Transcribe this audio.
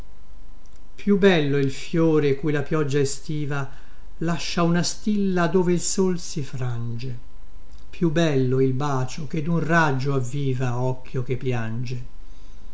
più bello il fiore cui la pioggia estiva lascia una stilla dove il sol si frange più bello il bacio che dun raggio avviva occhio che piange